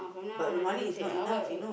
but the money is not enough he know